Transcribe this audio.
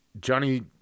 Johnny